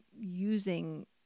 using